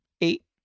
eight